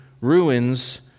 ruins